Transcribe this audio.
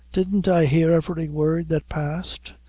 didn't i hear every word that passed?